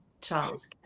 Charles